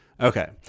Okay